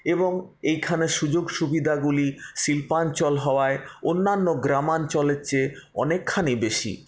এবং এইখানে সুযোগসুবিধাগুলি শিল্পাঞ্চল হওয়ায় অন্যান্য গ্রামাঞ্চলের চেয়ে অনেকখানি বেশি